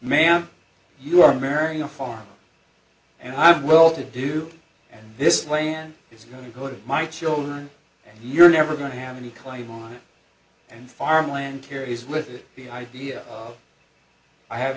ma'am you are marrying a farmer and i'm well to do and this land is going to go to my children and you're never going to have any claim on it and farm land carries with it the idea i have